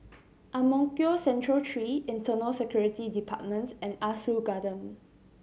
Ang Mo Kio Central Three Internal Security Department and Ah Soo Garden